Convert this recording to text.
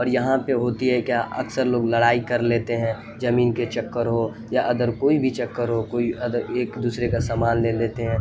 اور یہاں پہ ہوتی ہے کیا اکثر لوگ لڑائی کر لیتے ہیں زمین کے چکر ہو یا ادر کوئی بھی چکر ہو کوئی ادر ایک دوسرے کا سامان لے لیتے ہیں